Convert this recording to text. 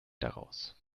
daraus